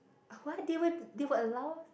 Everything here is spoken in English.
what they will they will allow